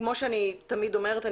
כמו שאני תמיד אומרת,